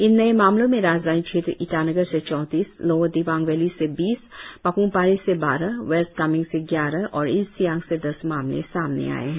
इन नए मामलों में राजधानी क्षेत्र ईटानगर से चौतीस लोअर दिवांग वैली से बीस पापुम पारे से बारह वेस्ट कामेंग से ग्यारह और ईस्ट सियांग से दस मामले सामने आए है